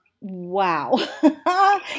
wow